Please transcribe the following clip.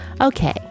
okay